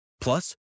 Plus